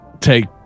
take